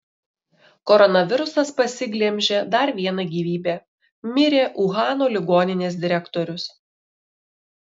koronavirusas pasiglemžė dar vieną gyvybę mirė uhano ligoninės direktorius